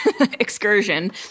excursion